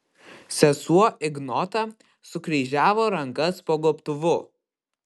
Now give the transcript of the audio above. sesuo ignota sukryžiavo rankas po gobtuvu